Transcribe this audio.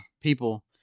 people